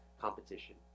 competition